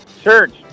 church